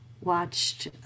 watched